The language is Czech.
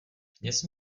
kněz